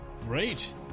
Great